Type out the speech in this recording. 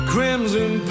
Crimson